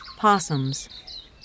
possums